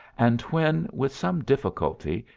and when, with some difficulty,